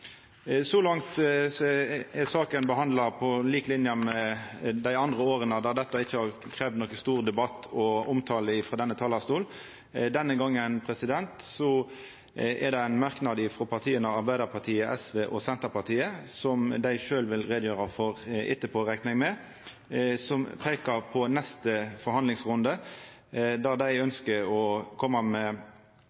Så langt er saka behandla på lik linje med dei andre åra då dette ikkje har kravd nokon stor debatt og omtale frå denne talarstolen. Denne gongen er det ein merknad frå partia Arbeidarpartiet, SV og Senterpartiet – som eg reknar med dei sjølv vil gjera greie for etterpå – som peikar på neste forhandlingsrunde, då dei